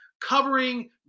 covering